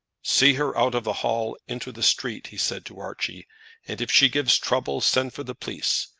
see her out of the hall, into the street, he said to archie and if she gives trouble, send for the police.